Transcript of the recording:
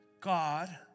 God